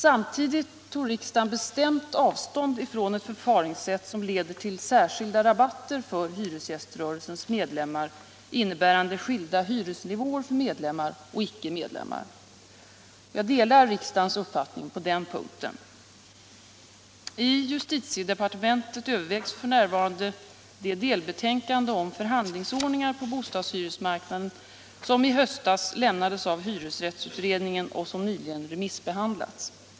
Samtidigt tog riksdagen bestämt avstånd från ett förfaringssätt som leder till särskilda rabatter för hyresgäströrelsens medlemmar innebärande skilda hyresnivåer för medlemmar och icke medlemmar. Jag delar riksdagens uppfattning på den punkten. I justitiedepartementet övervägs f. n. det delbetänkande om förhandlingsordningar på bostadshyresmarknaden som i höstas lämnades av hyresrättsutredningen och som nyligen remissbehandlats.